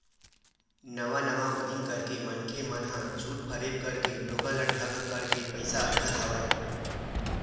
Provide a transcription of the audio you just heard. नवा नवा उदीम करके मनखे मन ह झूठ फरेब करके लोगन ल ठंग करके पइसा अइठत हवय